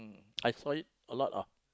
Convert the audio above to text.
I saw it a lot of